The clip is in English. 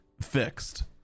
fixed